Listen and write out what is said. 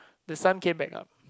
the sun came back up